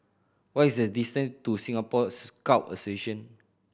what is the distant to Singapore Scout Association